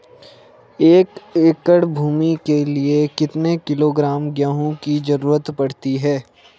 एक एकड़ भूमि के लिए कितने किलोग्राम गेहूँ की जरूरत पड़ती है?